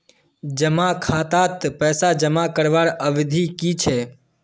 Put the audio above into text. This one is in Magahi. जमा खातात पैसा जमा करवार अवधि की छे?